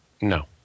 No